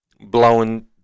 blowing